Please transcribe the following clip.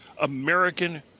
American